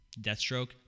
Deathstroke